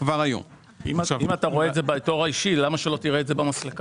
אם אתה רואה את זה באזור האישי למה שלא תראה את זה במסלקה?